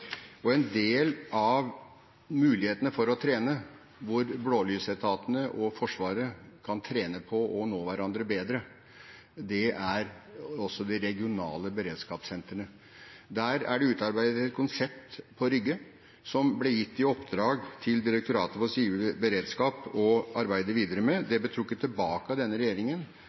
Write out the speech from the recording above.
En del av mulighetene for å trene, hvor blålysetatene og Forsvaret kan trene på å nå hverandre bedre, ligger også i de regionale beredskapssentrene. Det er utarbeidet et konsept på Rygge, som Direktoratet for sivilt beredskap ble gitt i oppdrag å arbeide videre med. Det ble trukket tilbake av denne regjeringen,